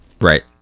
Right